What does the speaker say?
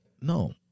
no